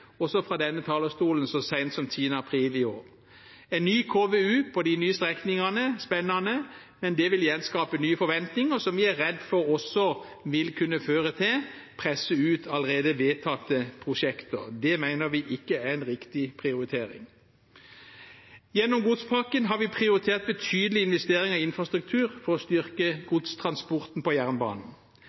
også fra denne talerstolen så sent som 10. april i år. En ny KVU på de nye strekningene er spennende. Men det vil igjen skape nye forventninger, som vi er redd vil kunne føre til å presse ut allerede vedtatte prosjekter. Det mener vi ikke er en riktig prioritering. Gjennom godspakken har vi prioritert betydelige investeringer i infrastruktur for å styrke godstransporten på jernbanen.